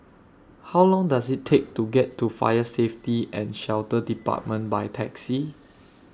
How Long Does IT Take to get to Fire Safety and Shelter department By Taxi